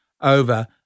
over